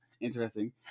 interesting